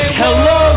hello